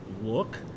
look